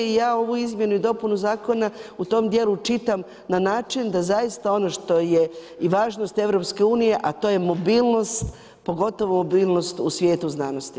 I ja ovu izmjenu i dopunu zakona u tom dijelu čitam na način da zaista ono što je i važnost EU a to je mobilnost, pogotovo mobilnost u svijetu znanosti.